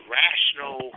rational